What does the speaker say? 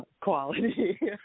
quality